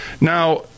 Now